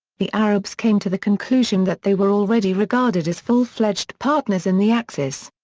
the arabs came to the conclusion that they were already regarded as full-fledged partners in the axis.